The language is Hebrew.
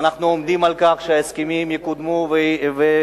ואנחנו עומדים על כך שההסכמים יקודמו ויבוצעו.